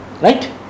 right